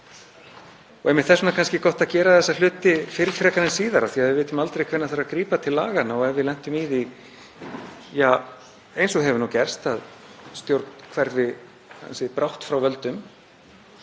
þess vegna er kannski gott að gera þessa hluti fyrr frekar en síðar af því að við vitum aldrei hvenær þarf að grípa til laganna. Og ef við lendum í því, ja, eins og hefur gerst, að stjórn hverfi ansi brátt frá völdum